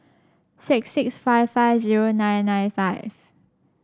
six six five five zero nine nine five